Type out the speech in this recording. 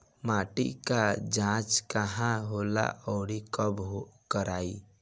माटी क जांच कहाँ होला अउर कब कराई?